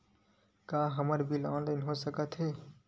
का हमर bill online हो सकत हे?